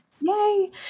Yay